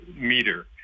meter